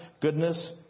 goodness